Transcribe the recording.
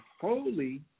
holy